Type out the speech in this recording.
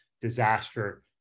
disaster